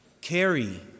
carry